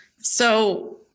So-